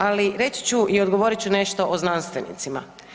Ali reći ću i odgovorit ću nešto o znanstvenicima.